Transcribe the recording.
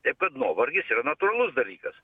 taip kad nuovargis yra natūralus dalykas